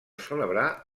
celebrar